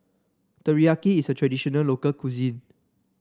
teriyaki is a traditional local cuisine